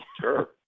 Sure